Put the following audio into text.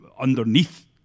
underneath